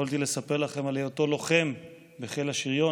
יכולתי לספר לכם על היותו לוחם בחיל השריון,